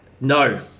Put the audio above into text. No